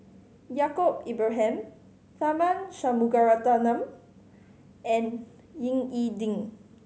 Yaacob Ibrahim Tharman Shanmugaratnam and Ying E Ding